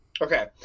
Okay